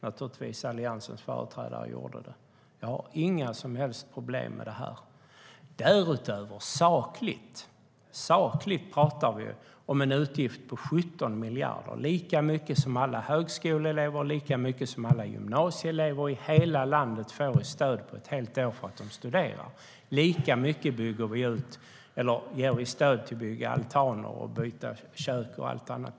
Men Alliansens företrädare gjorde naturligtvis det. Jag har inga som helst problem med det här. Därutöver pratar vi i sak om en utgift på 17 miljarder. Lika mycket som alla högskoleelever och gymnasieelever i hela landet får i stöd på ett helt år för att de studerar ger vi i stöd till att bygga altaner, byta kök och annat.